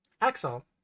Axel